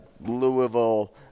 Louisville